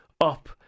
up